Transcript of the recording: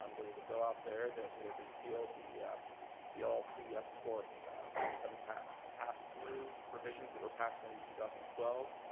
um there was a bill out there that would have repealed the the all c, s corp income tax pass-through provisions that were passed in two thousand and twelve.